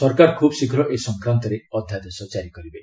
ସରକାର ଖୁବ୍ ଶୀଘ୍ର ଏ ସଂକ୍ରାନ୍ତରେ ଅଧ୍ୟାଦେଶ ଜାରି କରିବେ